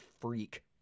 freak